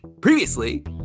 Previously